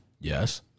Yes